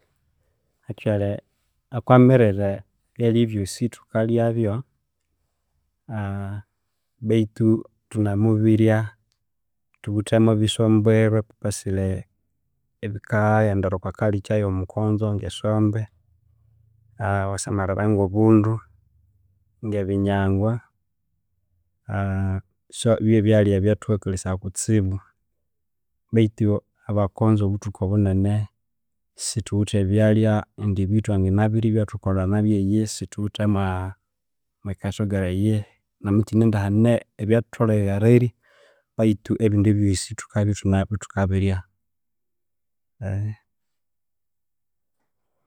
Actually, okwa mirire ebyalhya byosi thikalhya beithu thunemubirya thuwithemu ebisombwerwe purposely ebikaghendera okwa culture eyo mukonzo nge sombe, ewasamalhira ngo bundu, nge binyangwa bye byalhya ebyathukakolhesaya kutsibu beithu abakonzo obuthuku bunene sithuwithe ebyalhya indi ebi thwanganabirya ebyathukolha nabi eyihe omwa mwe category eyihe no mukine indi hane ebyathutholhere erilhya beithu ebindi ebyoosi thukabya ithukanabyu thukanabirya